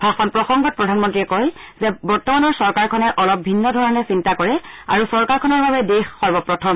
ভাষণ প্ৰসংগত প্ৰধানমন্ত্ৰীয়ে কয় যে বৰ্তমানৰ চৰকাৰখনে অলপ ভিন্ন ধৰণে চিন্তা কৰে আৰু চৰকাৰখনৰ বাবে দেশ সৰ্বপ্ৰথম